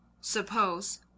suppose